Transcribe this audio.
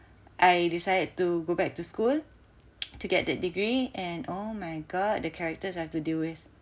I decided to go back to school to get that degree and oh my god the characters I have to deal with